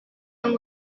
and